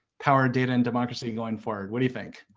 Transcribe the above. power, data and democracy going forward, what do you think?